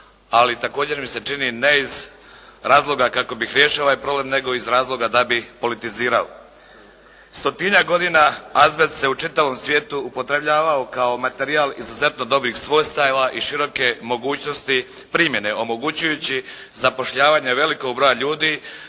ali također mi se čini ne iz razloga kako bih riješio ovaj problem, nego iz razloga da bi politizirao. Stotinjak godina azbest se u čitavom svijetu upotrebljavao kao materijal izuzetno dobrih svojstava i široke mogućnosti primjene omogućujući zapošljavanje velikog broja ljudi.